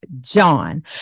John